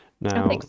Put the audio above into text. Now